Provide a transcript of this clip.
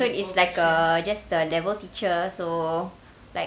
so it's like a just the level teachers so like